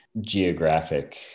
geographic